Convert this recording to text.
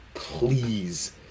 Please